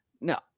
no